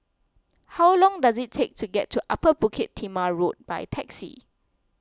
how long does it take to get to Upper Bukit Timah Road by taxi